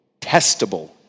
testable